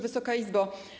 Wysoka Izbo!